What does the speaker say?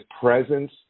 presence